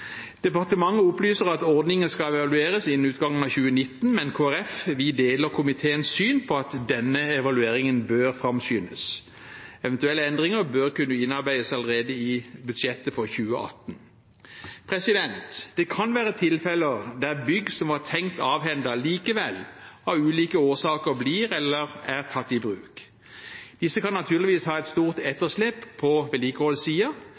Departementet opplyser at ordningen skal evalueres innen utgangen av 2019, men Kristelig Folkeparti deler komiteens syn på at denne evalueringen bør framskyndes. Eventuelle endringer bør kunne innarbeides allerede i budsjettet for 2018. Det kan være tilfeller der bygg som var tenkt avhendet, likevel av ulike årsaker blir eller er tatt i bruk. Disse kan naturligvis ha et stort